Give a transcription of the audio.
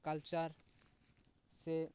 culture ᱥᱮ